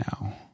now